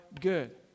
good